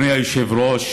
אדוני היושב-ראש,